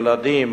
ילדים,